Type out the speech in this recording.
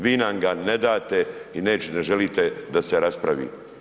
Vi nam ga ne date i ne želite da se raspravi.